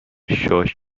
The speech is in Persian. شاش